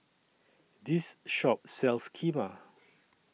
This Shop sells Kheema